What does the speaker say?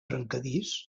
trencadís